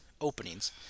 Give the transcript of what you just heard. openings